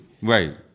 Right